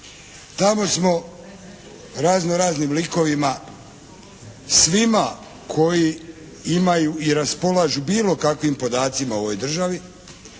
Tamo smo razno raznim likovima svima koji imaju i raspolažu bilo kakvim podacima u ovoj državi